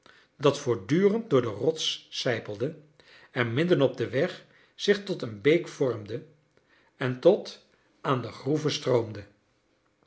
dat voortdurend door de rots sijpelde en middenop den weg zich tot een beek vormde en tot aan de groeven stroomde